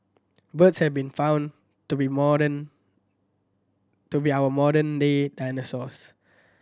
birds have been found to be modern to be our modern day dinosaurs